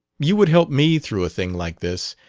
you would help me through a thing like this,